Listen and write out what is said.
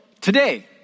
today